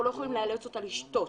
אנחנו לא יכולים לאלץ אותה לשתות,